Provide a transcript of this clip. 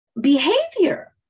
behavior